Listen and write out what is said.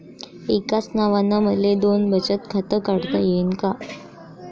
एकाच नावानं मले दोन बचत खातं काढता येईन का?